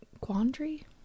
quandary